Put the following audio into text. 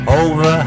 over